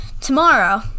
tomorrow